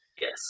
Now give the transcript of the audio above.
yes